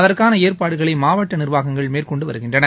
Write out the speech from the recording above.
அதற்கான ஏற்பாடுகளை மாவட்ட நிர்வாகங்கள் மேற்கொண்டு வருகின்றன